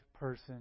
Person